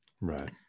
Right